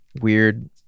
Weird